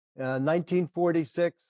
1946